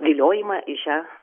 viliojimą į šią